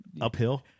uphill